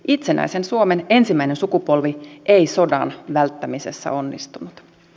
itsenäisen suomen ensimmäinen sukupolvi ei sodan välttämisessä onnistunut